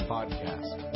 Podcast